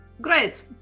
Great